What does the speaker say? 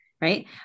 Right